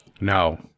No